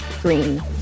Green